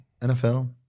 NFL